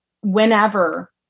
whenever